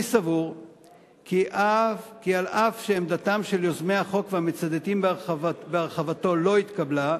אני סבור כי אף שעמדתם של יוזמי החוק והמצדדים בהרחבתו לא התקבלה,